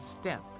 step